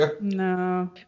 No